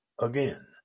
again